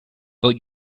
but